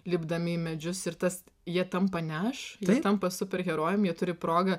lipdami į medžius ir tas jie tampa ne aš tampa superherojum jie turi progą